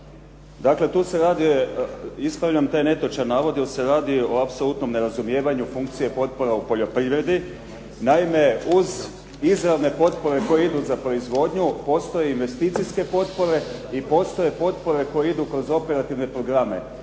Dakle, tu se radi, ispravljam taj netočan navod jer se radi o apsolutnom nerazumijevanju funkcije potpora u poljoprivredi. Naime, uz izravne potpore koje idu za proizvodnju postoje investicijske potpore i postoje potpore koje idu kroz operativne programe